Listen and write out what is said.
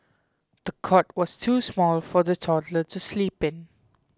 the cot was too small for the toddler to sleep in